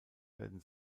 werden